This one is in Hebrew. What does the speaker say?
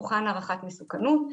תוכן הערכת מסוכנות,